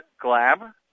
Glab